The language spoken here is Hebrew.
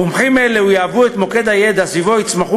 מומחים אלה יהוו את מוקד הידע שסביבו יצמחו